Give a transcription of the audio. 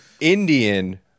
Indian